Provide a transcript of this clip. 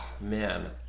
Man